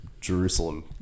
Jerusalem